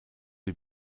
die